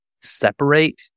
separate